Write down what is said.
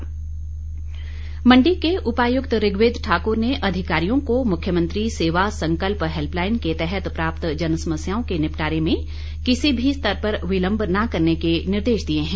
DC Mandi Mandi के उपायुक्त ऋग्वेद ठाकुर ने अधिकारियों को मुख्यमंत्री सेवा संकल्प हैल्पलाईन के तहत प्राप्त जनसमस्याओं के निपटारे में किसी भी स्तर पर विलम्ब न करने के निर्देश दिए हैं